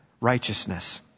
Righteousness